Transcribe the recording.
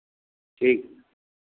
ठीक